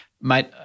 mate